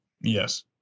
Yes